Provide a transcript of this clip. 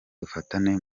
dufatane